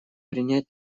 принять